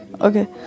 okay